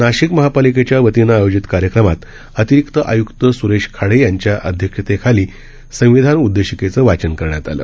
नाशिक महापालिकेच्या वतीनं आयोजित कार्यक्रमात अतिरिक्त आय्क्त स्रेश खाडे यांच्या अध्यक्षतेखाली संविधान उददीशिकेचे वाचन करण्यात आलं